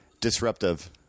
disruptive